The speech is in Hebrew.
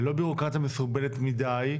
ללא ביורוקרטיה מסורבלת מדי,